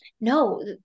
no